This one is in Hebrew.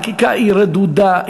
בכל הנושא של המשילות החקיקה היא רדודה,